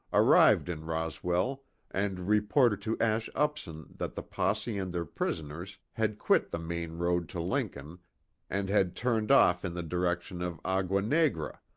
arrived in roswell and reported to ash upson that the posse and their prisoners had quit the main road to lincoln and had turned off in the direction of agua negra,